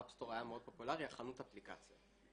האפסטור, החנות אפליקציות, היה מאוד פופולארי.